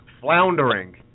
floundering